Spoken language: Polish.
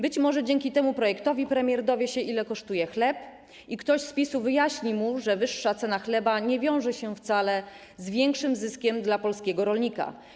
Być może dzięki temu projektowi premier dowie się, ile kosztuje chleb i ktoś z PiS-u wyjaśni mu, że wyższa cena chleba nie wiąże się wcale z większym zyskiem dla polskiego rolnika.